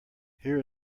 here